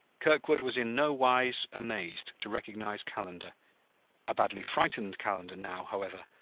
kirkwood was in no wise amazed to recognize calendar a badly frightened calendar now, however,